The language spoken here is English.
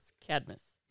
Cadmus